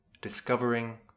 Discovering